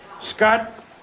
Scott